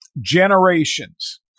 Generations